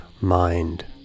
Mind